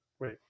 Wait